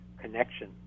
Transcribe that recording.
connection